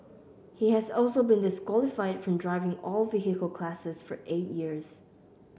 he has also been disqualified from driving all vehicle classes for eight years